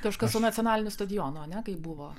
kažkas su nacionaliniu stadionu ane kaip buvo